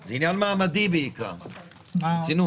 זה עניין מעמדי בעיקר, ברצינות.